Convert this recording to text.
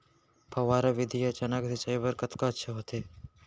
फव्वारा विधि ह चना के सिंचाई बर कतका अच्छा होथे?